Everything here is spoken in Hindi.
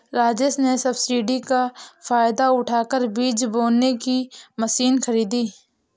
राजेश ने सब्सिडी का फायदा उठाकर बीज बोने की मशीन खरीदी